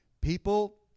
People